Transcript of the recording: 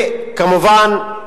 וכמובן,